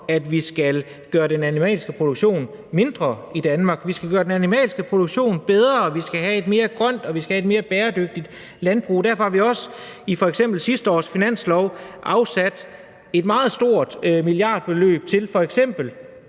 at vi skal gøre den animalske produktion mindre i Danmark. Vi skal gøre den animalske produktion bedre, og vi skal have et mere grønt og mere bæredygtigt landbrug. Derfor har vi også i sidste års finanslov afsat et meget stort milliardbeløb til f.eks.